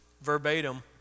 verbatim